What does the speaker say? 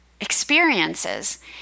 experiences